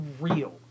real